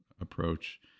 approach